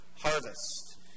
harvest